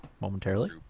momentarily